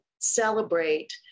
celebrate